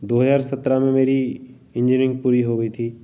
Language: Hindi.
दो हजार सत्रह में मेरी इंजीनियरिंग पूरी हो गई थी